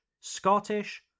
Scottish